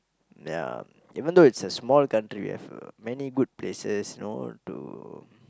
ya even though it's a small country we have many good places you know to